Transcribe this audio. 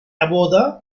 above